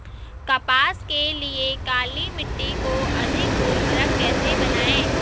कपास के लिए काली मिट्टी को अधिक उर्वरक कैसे बनायें?